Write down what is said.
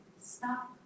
stop